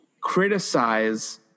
criticize